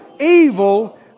evil